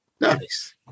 Nice